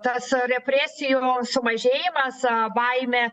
tas represijų sumažėjimas baimė